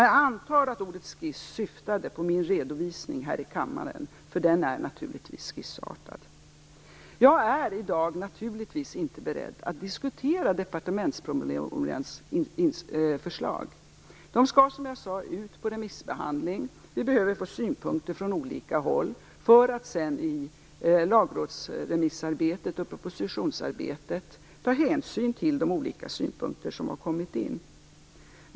Jag antar att ordet skiss syftade på min redovisning här i kammaren, därför att den är naturligtvis skissartad. Jag är i dag naturligtvis inte beredd att diskutera departementspromemorians förslag. Det skall, som jag sade, ut på remissbehandling. Vi behöver få synpunkter från olika håll för att sedan i lagrådsremissarbetet och propositionsarbetet ta hänsyn till de olika synpunkter som har kommit in.